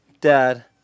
Dad